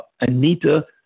Anita